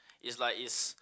it's like is